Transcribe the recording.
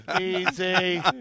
Easy